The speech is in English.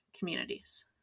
communities